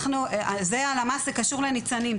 הלמ"ס זה קשור לניצנים,